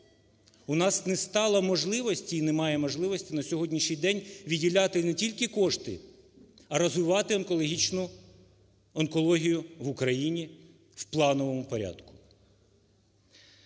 У нас не стало можливості і немає можливості на сьогоднішній день виділяти не тільки кошти, а розвивати онкологічну… онкологію в Україні в плановому порядку.